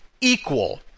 equal